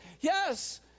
Yes